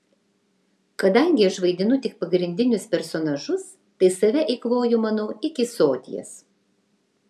kadangi aš vaidinu tik pagrindinius personažus tai save eikvoju manau iki soties